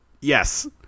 Yes